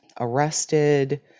arrested